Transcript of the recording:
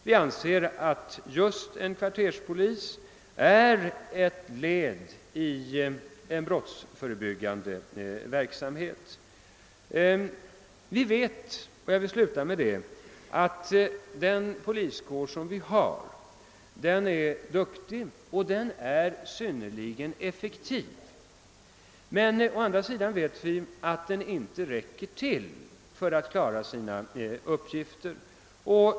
Vi anser att just förefintligheten av en kvarterspolis är ett led i en brottsförebyggande verksamhet. Vi vet — jag vill sluta mitt anförande med detta — att den poliskår vi har är duktig och synnerligen effektiv. Å andra sidan vet vi också att den inte räcker till för att klara sina uppgifter.